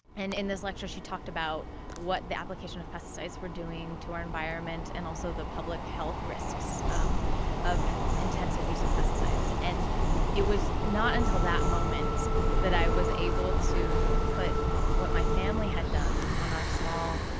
and in this lecture, she talked about what the application of pesticides was doing to our environment, and also about the public health risks um of intensive use of pesticides and it was not until that moment that i was able to put what my family had done on our small,